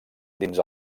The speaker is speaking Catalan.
dins